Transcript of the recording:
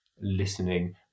listening